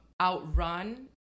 outrun